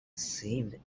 seemed